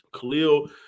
Khalil